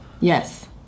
Yes